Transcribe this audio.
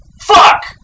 fuck